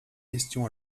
questions